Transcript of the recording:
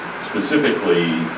specifically